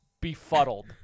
befuddled